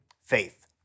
faith